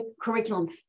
curriculum